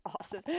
awesome